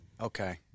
Okay